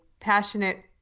passionate